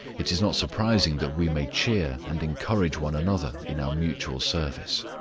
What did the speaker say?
it is not surprising that we may cheer and encourage one another in our mutual service.